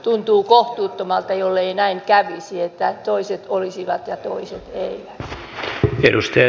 tuntuu kohtuuttomalta jollei näin kävisi että toiset olisivat ja toiset eivät